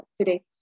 today